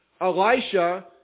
Elisha